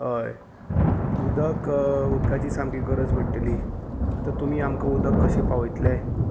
हय उदक उदकाची सामकी गरज पडटली आतां तुमी आमकां उदक कशें पावयतले